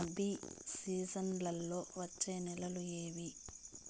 రబి సీజన్లలో వచ్చే నెలలు ఏవి?